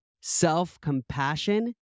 self-compassion